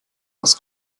was